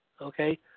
okay